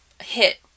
hit